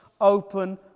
open